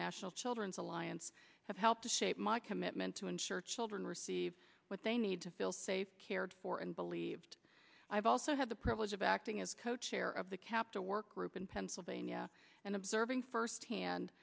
national children's alliance have helped to shape my commitment to ensure children receive what they need to feel safe cared for and believed i have also had the privilege of acting as co chair of the cap to work group in pennsylvania and observing firsthand